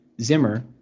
Zimmer